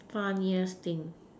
funniest thing